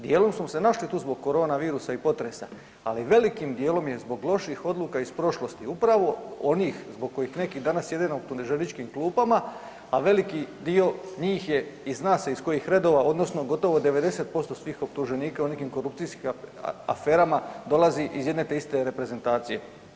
Dijelom smo se našli tu zbog korona virusa i potresa, ali velikim dijelom je i zbog loših odluka iz prošlosti upravo onih zbog kojih neki danas sjede na optuženičkim klupama, a veliki dio njih je i zna se iz kojih redova odnosno gotovo 90% svih optuženika u nekim korupcijskim aferama dolazi iz jedne te iste reprezentacije.